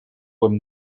hem